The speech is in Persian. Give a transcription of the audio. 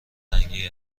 رنگی